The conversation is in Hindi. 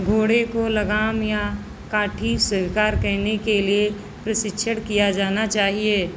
घोड़े को लगाम या काठी स्वीकार करने के लिए प्रशिक्षित किया जाना चाहिए